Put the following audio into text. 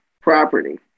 property